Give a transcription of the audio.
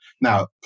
Now